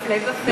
הפלא ופלא.